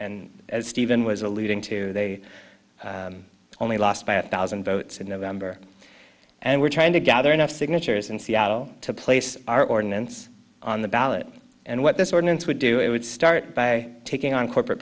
as stephen was alluding to they only lost by a thousand votes in november and we're trying to gather enough signatures in seattle to place our ordinance on the ballot and what this ordinance would do it would start by taking on corporate